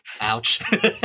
Ouch